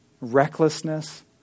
recklessness